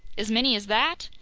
as many as that?